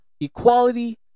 equality